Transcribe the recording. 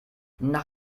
nach